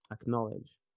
Acknowledge